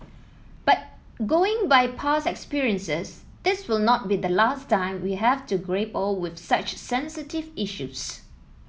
but going by past experiences this will not be the last time we have to grapple with such sensitive issues